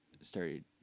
started